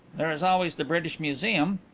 there is always the british museum.